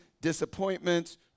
disappointments